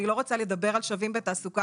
אני לא רוצה לדבר על "שווים בתעסוקה",